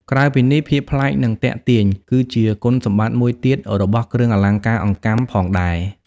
ក្រៅពីនេះ ភាពប្លែក និងទាក់ទាញ គឺជាគុណសម្បត្តិមួយទៀតរបស់គ្រឿងអលង្ការអង្កាំផងដែរ។